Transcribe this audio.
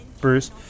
Bruce